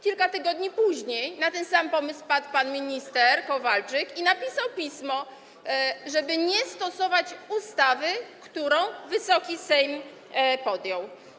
Kilka tygodni później na ten sam pomysł wpadł pan minister Kowalczyk i napisał pismo, żeby nie stosować ustawy, którą Wysoki Sejm przyjął.